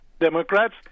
Democrats